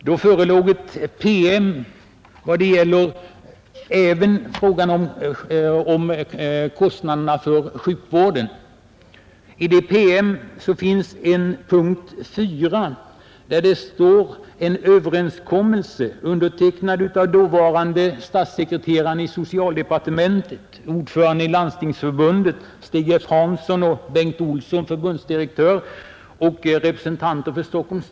Då förelåg en PM som också gällde kostnaderna för sjukvården. Den är undertecknad av dåvarande statssekreteraren i socialdepartementet, ordföranden i Landstingsförbundet Stig F. Hansson och förbundsdirektör Bengt Olsson samt av representanter för Stockholms stad.